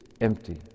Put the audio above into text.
empty